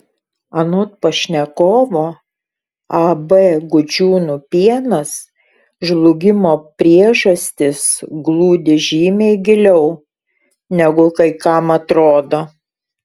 anot pašnekovo ab gudžiūnų pienas žlugimo priežastys glūdi žymiai giliau negu kai kam atrodo